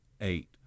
eight